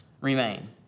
remain